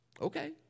okay